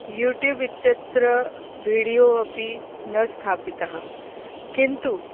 YouTube इत्यत्र video अपि न स्थापितः किन्तु